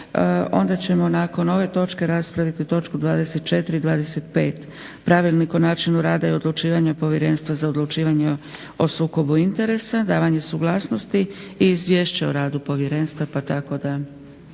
onda ćemo nakon ove točke raspraviti točku 24.i 25. Pravilnik o načinu rada i odlučivanju povjerenstva za odlučivanje o sukobu interesa, davanje suglasnosti i izvješća o radu povjerenstva pa tako da